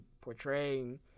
portraying